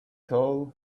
told